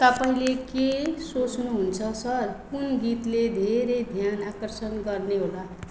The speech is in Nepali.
तपाईँले के सोच्नु हुन्छ सर कुन गीतले धेरै ध्यान आकर्षण गर्ने होला